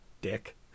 Dick